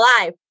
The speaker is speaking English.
alive